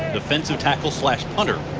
defensive tackle slash punter.